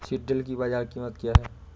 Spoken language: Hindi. सिल्ड्राल की बाजार में कीमत क्या है?